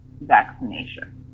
vaccination